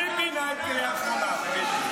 --- חבר הכנסת אזולאי.